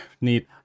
need